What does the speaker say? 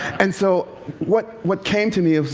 and so what what came to me is,